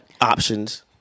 Options